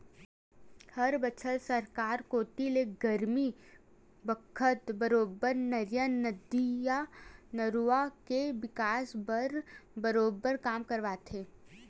हर बछर सरकार कोती ले गरमी बखत बरोबर तरिया, नदिया, नरूवा के बिकास बर बरोबर काम करवाथे